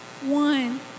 one